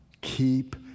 Keep